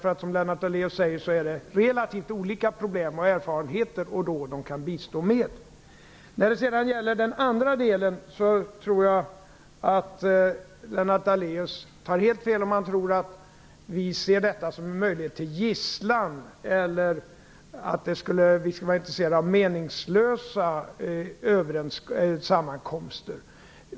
Precis som Lennart Daléus säger kan de bistå med relativt olika problem, erfarenheter och råd. Sedan var det den andra delen av inlägget. Jag tror att Lennart Daléus tar helt fel om han tror att vi ser en möjlighet till att ta gisslan eller att vi skulle vara intresserade av meningslösa sammankomster.